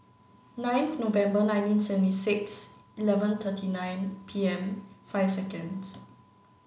ninth November nineteen seventy six eleven thirty nine P M five seconds